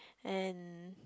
and